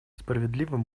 справедливым